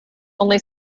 only